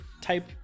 type